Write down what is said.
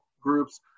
groups